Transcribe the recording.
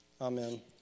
Amen